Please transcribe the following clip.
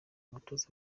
umutoza